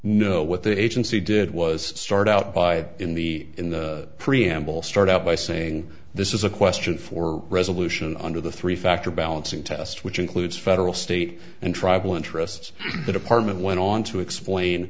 taxes no what the agency did was start out by in the in the preamble start out by saying this is a question for resolution under the three factor balancing test which includes federal state and tribal interests the department went on to explain